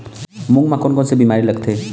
मूंग म कोन कोन से बीमारी लगथे?